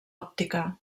òptica